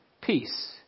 peace